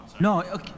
No